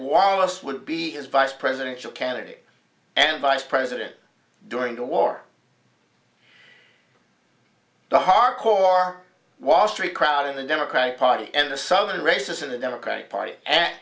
wallace would be as vice presidential candidate and vice president during the war the hard core wall street crowd in the democratic party and the southern races in the democratic party a